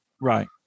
right